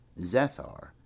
Zethar